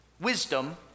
wisdom